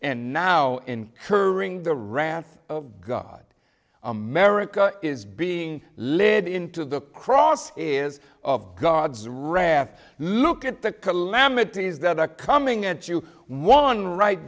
and now incurring the wrath of god america is being led into the cross is of god's wrath look at the calamities that are coming at you one right